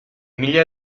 mila